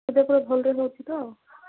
ଏବେ ପୁରା ଭଲରେ ହେଉଛି ତ